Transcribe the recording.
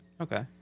okay